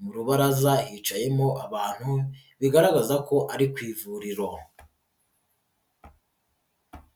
mu rubaraza hicayemo abantu bigaragaza ko ari ku ivuriro.